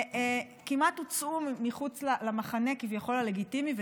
כמעט הוצאו מחוץ למחנה הלגיטימי כביכול,